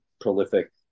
prolific